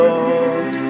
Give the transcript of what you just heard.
Lord